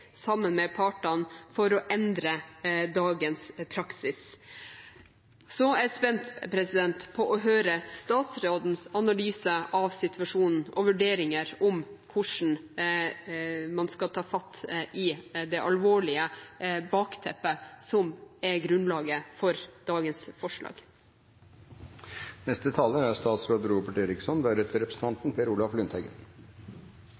sammen med partene for å endre dagens praksis. Så er jeg spent på å høre statsrådens analyse av situasjonen og hans vurderinger av hvordan man skal ta fatt i det alvorlige bakteppet som er grunnlaget for dagens forslag.